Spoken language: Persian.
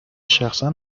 شخصا